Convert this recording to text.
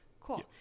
Cool